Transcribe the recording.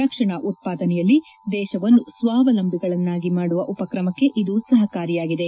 ರಕ್ಷಣಾ ಉತ್ಪಾದನೆಯಲ್ಲಿ ದೇಶವನ್ನು ಸ್ವಾವಲಂಬಿಗಳನ್ನಾಗಿ ಮಾಡುವ ಉಪಕ್ರಮಕ್ಷೆ ಸಪಕಾರಿಯಾಗಿದೆ